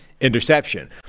Interception